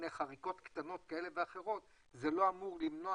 חריקות קטנות כאלה ואחרות זה לא אמור למנוע